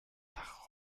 nach